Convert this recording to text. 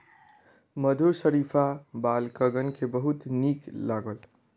मधुर शरीफा बालकगण के बहुत नीक लागल